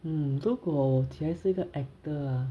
mm 如果我起来是一个 actor ah